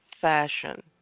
fashion